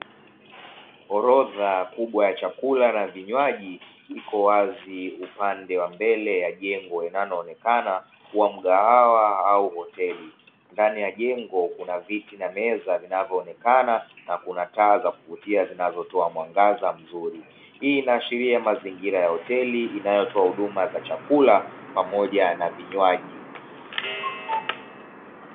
Orodha kubwa ya chakula na vinywaji iko wazi upande wa mbele ya jengo linaloonekana kuwa mgahawa au hoteli, ndani ya jengo kuna viti na meza vinavyoonekana na kuna taa za kuvutia zinazotoa mwangaza mzuri, hii inaashiria mazingira ya hoteli inayotoa huduma za chakula pamoja na vinywaji.